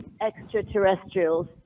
extraterrestrials